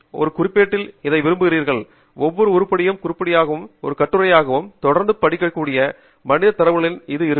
ஒரு குறிப்பேட்டில் இதை விரும்புகிறீர்கள் ஒவ்வொரு உருப்படியையும் குறியீடாகவும் ஒரு கட்டுரையாகவும் தொடர்ந்து படிக்கக்கூடிய மனிதத் தரவுகளிலும் இது இருக்கும்